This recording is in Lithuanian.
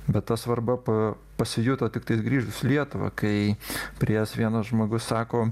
bet ta svarba pa pasijuto tiktais grįžus į lietuvą kai priėjęs vienas žmogus sako